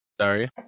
Sorry